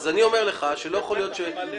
אז אני אומר לך שלא יכול להיות שזה